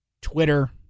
Twitter